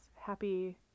happy